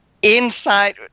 Inside